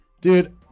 dude